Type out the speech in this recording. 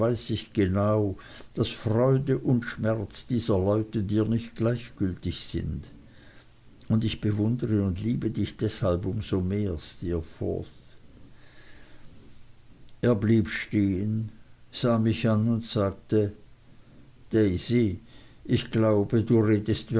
daß freude und schmerz dieser leute dir nicht gleichgültig ist und ich bewundere und liebe dich deshalb um so mehr steerforth er blieb stehen sah mich an und sagte daisy ich glaube du redest